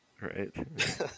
Right